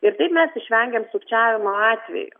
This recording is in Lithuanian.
ir taip mes išvengiam sukčiavimo atvejų